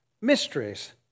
mysteries